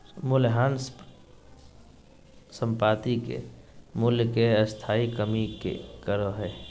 मूल्यह्रास संपाति के मूल्य मे स्थाई कमी के कहो हइ